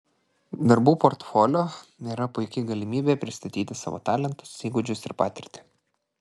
darbų portfolio yra puiki galimybė pristatyti savo talentus įgūdžius ir patirtį